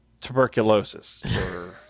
tuberculosis